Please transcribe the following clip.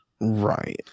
Right